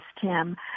Tim